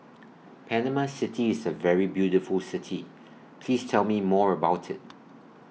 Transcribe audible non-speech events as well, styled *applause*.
*noise* Panama City IS A very beautiful City Please Tell Me More about IT